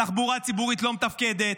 תחבורה ציבורית לא מתפקדת,